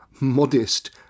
modest